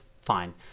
Fine